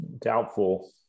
doubtful